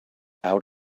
out